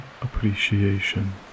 appreciation